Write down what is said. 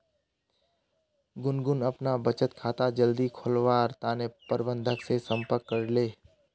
गुनगुन अपना बचत खाता जल्दी खोलवार तने प्रबंधक से संपर्क करले